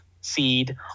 seed